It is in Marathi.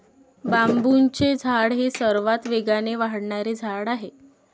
बांबूचे झाड हे सर्वात वेगाने वाढणारे झाड आहे